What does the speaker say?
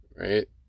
right